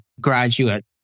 graduate